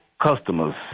customers